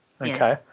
okay